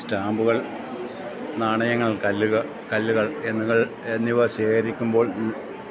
സ്റ്റാമ്പുകൾ നാണയങ്ങൾ കല്ലുകൾ എന്നിവ ശേഖരിക്കുമ്പോൾ